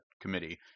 committee